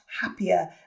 happier